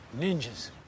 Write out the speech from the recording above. Ninjas